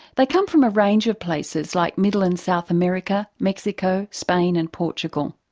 they come from a range of places, like middle and south america, mexico, spain and portugal.